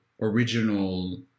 original